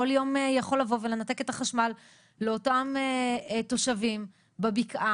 כל יום יכול לבוא ולנתק את החשמל לאותם תושבים בבקעה.